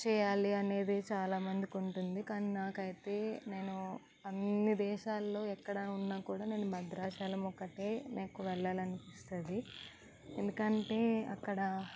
చెయ్యాలి అనేది చాలామందికి ఉంటుంది కానీ నాకైతే నేను అన్ని దేశాల్లో ఎక్కడ ఉన్నా కూడా నేను భద్రాచలం ఒక్కటే నాకు వెళ్ళాలని అనిపిస్తుంది ఎందుకంటే అక్కడ